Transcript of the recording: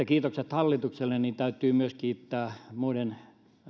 kiitokset hallitukselle niin täytyy myös kiittää muiden